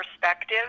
perspective